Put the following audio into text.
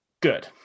good